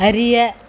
அறிய